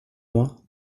loin